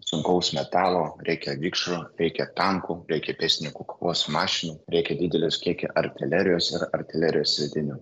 sunkaus metalo reikia vikšro reikia tankų reikia pėstininkų kovos mašinų reikia didelės kiekį artilerijos ir artilerijos sviedinių